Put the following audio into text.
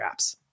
apps